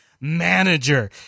manager